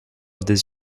des